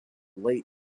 late